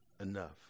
enough